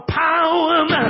power